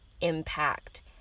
impact